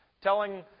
telling